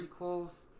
prequels